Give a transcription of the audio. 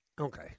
Okay